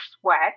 sweat